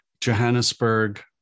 Johannesburg